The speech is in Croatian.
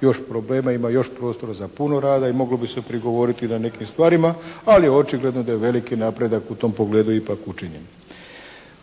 još problema, ima još prostora za puno rada i moglo bi se prigovoriti na nekim stvarima, ali očigledno da je veliki napredak u tom pogledu ipak učinjen.